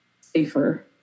safer